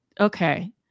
Okay